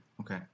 Okay